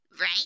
Right